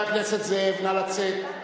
זאב, נא לצאת.